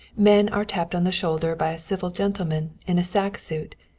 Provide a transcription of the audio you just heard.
men are tapped on the shoulder by a civil gentleman in a sack suit,